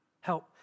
Help